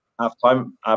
half-time